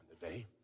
today